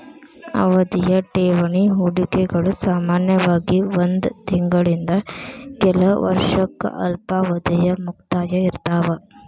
ಅವಧಿಯ ಠೇವಣಿ ಹೂಡಿಕೆಗಳು ಸಾಮಾನ್ಯವಾಗಿ ಒಂದ್ ತಿಂಗಳಿಂದ ಕೆಲ ವರ್ಷಕ್ಕ ಅಲ್ಪಾವಧಿಯ ಮುಕ್ತಾಯ ಇರ್ತಾವ